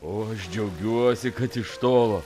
o aš džiaugiuosi kad iš tolo